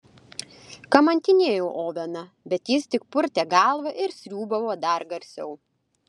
kamantinėjau oveną bet jis tik purtė galvą ir sriūbavo dar garsiau